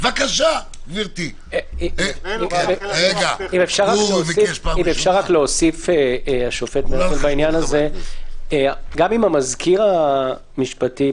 אם אפשר להוסיף גם אם המזכיר המשפטי,